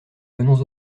venons